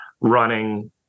running